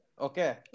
Okay